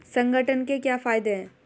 संगठन के क्या फायदें हैं?